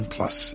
Plus